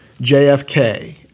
JFK